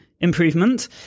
improvement